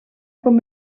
com